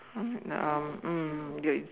um mm you're